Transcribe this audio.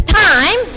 time